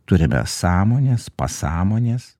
turime sąmonės pasąmonės